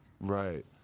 Right